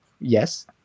yes